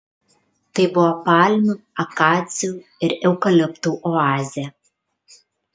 tai buvo palmių akacijų ir eukaliptų oazė